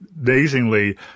amazingly